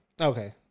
Okay